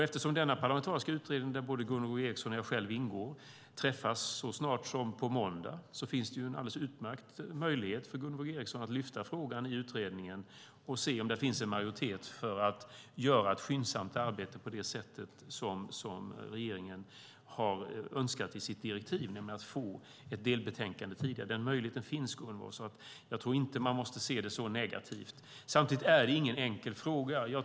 Eftersom denna parlamentariska utredning, där både Gunvor G Ericson och jag själv ingår, träffas så snart som på måndag finns det alltså en alldeles utmärkt möjlighet för Gunvor G Ericson att lyfta fram frågan i utredningen och se om det finns en majoritet för att göra ett skyndsamt arbete på det sätt som regeringen har önskat i sitt direktiv, det vill säga att få ett delbetänkande tidigare. Den möjligheten finns, Gunvor. Jag tror alltså inte att man måste se det så negativt. Samtidigt är det ingen enkel fråga.